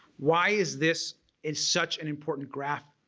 why is this is such an important graph?